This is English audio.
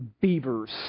beavers